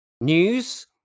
news